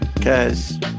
cause